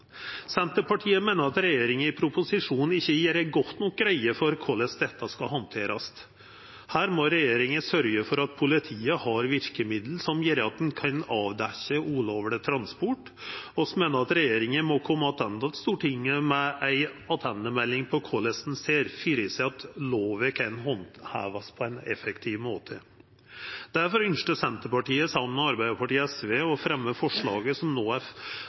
Senterpartiet meiner at regjeringa i proposisjonen ikkje gjer godt nok greie for korleis dette skal handterast. Her må regjeringa sørgja for at politiet har verkemiddel som gjer at ein kan avdekkja ulovleg transport. Vi meiner at regjeringa må koma attende til Stortinget med ei tilbakemelding om korleis ein ser for seg at lova kan handhevast på ein effektiv måte. Difor ønskte Senterpartiet, saman med Arbeidarpartiet og SV, å fremja forslaget som